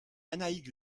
annaïg